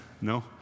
No